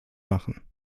machen